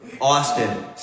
Austin